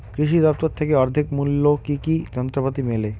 কৃষি দফতর থেকে অর্ধেক মূল্য কি কি যন্ত্রপাতি মেলে?